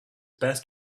best